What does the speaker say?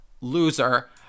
loser